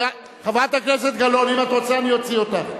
חברת הכנסת גלאון, אם את רוצה אני אוציא אותך.